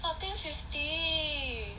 fourteen fifty